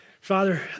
Father